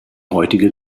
heutige